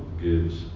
gives